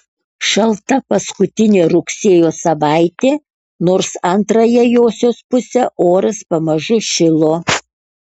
šalta paskutinė rugsėjo savaitė nors antrąją josios pusę oras pamažu šilo